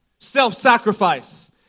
self-sacrifice